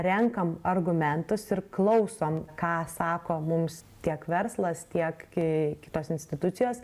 renkam argumentus ir klausom ką sako mums tiek verslas tiek kai kitos institucijos